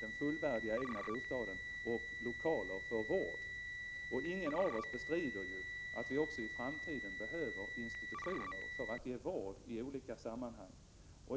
den fullvärdiga egna bostaden och lokaler för vård. Ingen av oss bestrider att vi också i framtiden behöver institutioner för att ge vård i olika sammanhang.